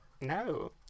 No